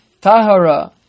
tahara